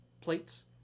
plates